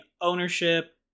ownership